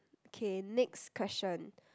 K next question